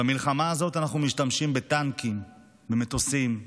במלחמה הזאת אנחנו משתמשים בטנקים, במטוסים,